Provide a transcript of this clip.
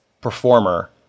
performer